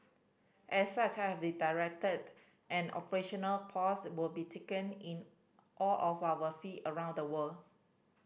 as such I have directed an operational possible be taken in all of our feet around the world